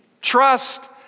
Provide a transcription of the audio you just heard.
Trust